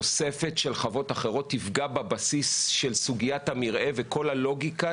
תוספת של חוות אחרות תפגע בבסיס של סוגיית המרעה וכל הלוגיקה